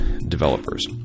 Developers